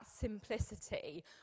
simplicity